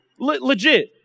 legit